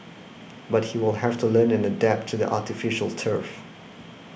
but he will have to learn an adapt to the artificial turf